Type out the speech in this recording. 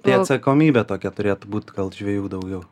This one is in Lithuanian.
tai atsakomybė tokia turėtų būt gal žvejų daugiau